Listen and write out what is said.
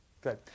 Good